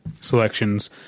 selections